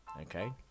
Okay